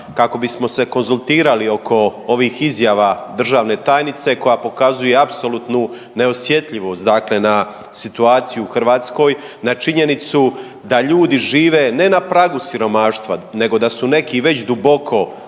kako bismo se konzultirali oko ovih izjava državne tajnice koja pokazuje apsolutno neosjetljivost dakle na situaciju u Hrvatskoj. Na činjenicu da ljudi žive ne na pragu siromaštva, nego da su neki već duboko zapravo